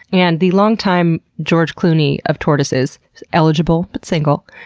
and the longtime george clooney of tortoises eligible but single.